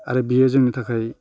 आरो बेयो जोंनि थाखाय